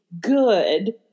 good